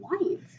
white